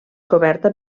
coberta